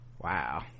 Wow